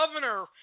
governor